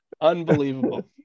Unbelievable